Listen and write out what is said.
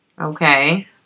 Okay